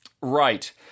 Right